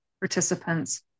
participants